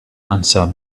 answered